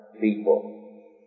people